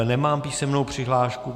Nemám písemnou přihlášku.